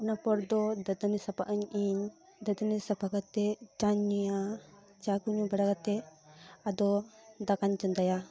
ᱚᱱᱟ ᱯᱚᱨ ᱫᱚ ᱫᱟᱹᱛᱟᱹᱱᱤ ᱥᱟᱯᱷᱟᱜ ᱟᱹᱧ ᱤᱧ ᱫᱟᱹᱛᱟᱹᱱᱤ ᱥᱟᱯᱷᱟ ᱠᱟᱛᱮᱫ ᱪᱟᱧ ᱧᱩᱭᱟ ᱪᱟ ᱠᱚ ᱧᱩ ᱵᱟᱲᱟ ᱠᱟᱛᱮᱫ ᱟᱫᱚ ᱫᱟᱠᱟᱧ ᱪᱚᱸᱫᱟᱭᱟ